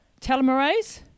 telomerase